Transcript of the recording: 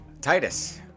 Titus